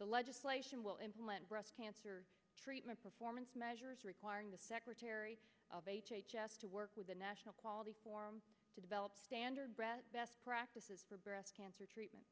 the legislation will implement breast cancer treatment performance measures requiring the secretary of h h s to work with the national quality form to develop standard best practices for breast cancer treatment